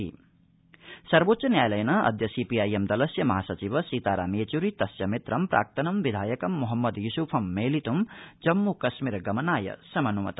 सर्वोच्चन्यायालय येचुरी सर्वोच्च न्यायालयेन अद्य सीपीआईएम् दलस्य महासचिव सीताराम येचुरी तस्य मित्रं प्राक्तनं विधायकं मोहम्मद युस्फ तारिगामिनं मेलितूं जम्मुकश्मीर गमनाय समनुमत